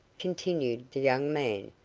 continued the young man,